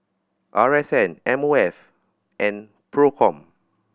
R S N M O F and Procom